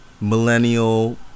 millennial